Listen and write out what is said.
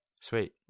sweet